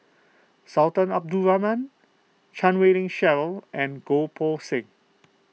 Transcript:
Sultan Abdul Rahman Chan Wei Ling Cheryl and Goh Poh Seng